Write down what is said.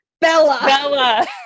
Bella